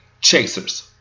chasers